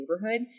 neighborhood